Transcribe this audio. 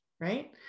Right